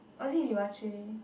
or was it vivache